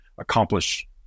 accomplish